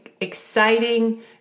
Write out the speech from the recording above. exciting